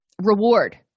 reward